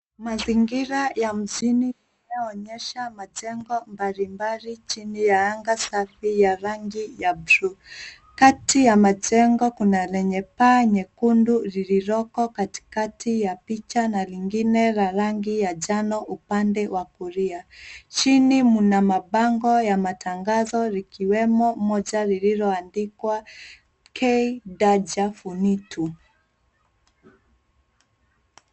Mazingira ya mjini inayoonyesha majengo mbalimbali chini ya anga safi ya rangi ya bluu. Kati ya majengo kuna lenye paa nyekundu lililoko katikati ya picha na lingine la rangi ya njano upande wa kulia. Chini mna mabango ya matangazo likiwemo moja lililoandikwa kay daja funitu.